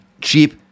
cheap